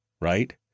right